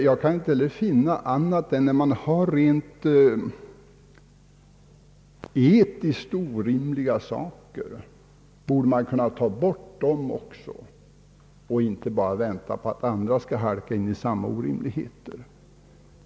Jag kan inte finna annat än att man borde ta bort etiskt rent orimliga förmåner och inte bara vänta på att andra skall halka in på samma orimligheter.